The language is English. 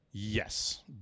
Yes